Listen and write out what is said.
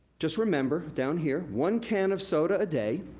just remember, down here, one can of soda a day,